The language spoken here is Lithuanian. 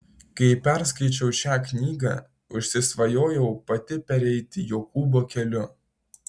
kai perskaičiau šią knygą užsisvajojau pati pereiti jokūbo keliu